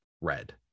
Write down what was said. red